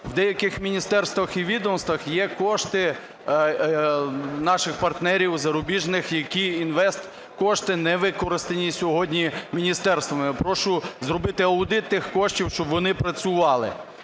в деяких міністерствах і відомствах є кошти наших партнерів зарубіжних, які інвесткошти не використані сьогодні міністерствами. Я прошу зробити аудит тих коштів, щоб вони працювали.